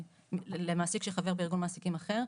למעשה כשחבר בארגון מעסיקים אחר,